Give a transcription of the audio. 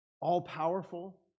all-powerful